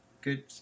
good